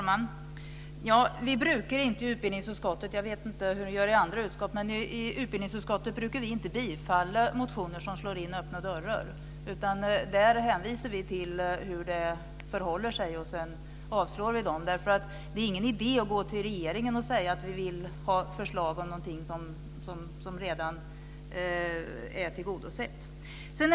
Herr talman! I utbildningsutskottet brukar vi inte biträda motioner som slår in öppna dörrar. Jag vet inte hur man brukar göra i andra utskott. Vi hänvisar till hur det förhåller sig, och sedan avstyrker vi motionerna. Det är ingen idé att gå till regeringen och säga att vi vill ha förslag om någonting som redan är tillgodosett.